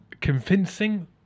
convincing